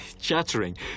chattering